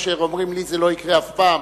אשר אומרים: לי זה לא יקרה אף פעם,